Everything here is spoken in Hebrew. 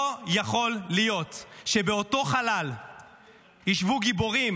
לא יכול להיות שבאותו חלל ישבו גיבורים